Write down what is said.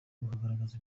bakagaragaza